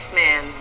man